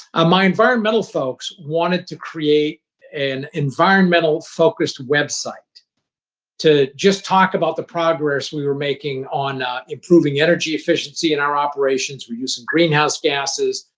ah my environmental folks wanted to create an environmental-focused website to just talk about the progress we were making on improving energy efficiency in our operations, reducing greenhouse gases,